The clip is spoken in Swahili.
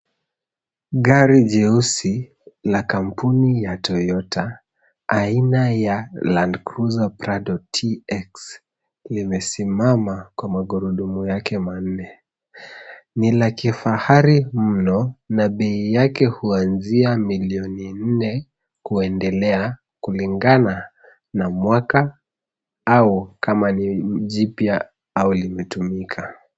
Gari jeusi la kampuni ya Toyota, aina ya Landcruiser Prado TX limesimama kwa magurudumu yake manne. Ni la kifahari mno na bei yake huanzia milioni nne kuendelea, kulingana na mwaka au kama ni jipya au limetumika.